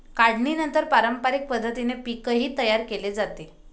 काढणीनंतर पारंपरिक पद्धतीने पीकही तयार केले जाते